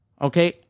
Okay